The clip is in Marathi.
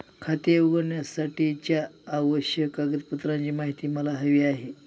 खाते उघडण्यासाठीच्या आवश्यक कागदपत्रांची माहिती मला हवी आहे